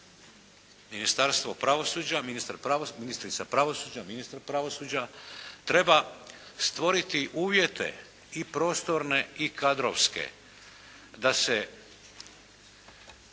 ministar pravosuđa, ministrica pravosuđa, ministar pravosuđa treba stvoriti uvjete i prostorne i kadrovske da se